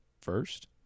first